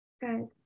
Good